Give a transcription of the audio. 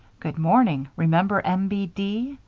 good morning remember m. b. d,